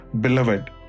beloved